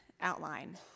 outline